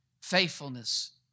faithfulness